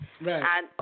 Right